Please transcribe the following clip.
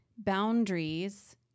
Boundaries